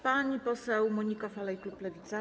Pani poseł Monika Falej, klub Lewica.